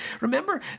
Remember